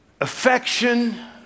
affection